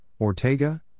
Ortega